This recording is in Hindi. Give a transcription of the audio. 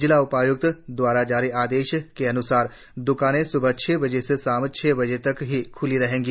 जिला उपाय्क्त दवारा जारी आदेश के अन्सार द्रकानें स्बह छह बजे से शाम छह बजे तक ही ख्ली रहेंगी